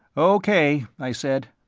o k, i said.